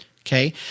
Okay